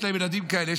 יש להן ילדים כאלה,